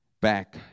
back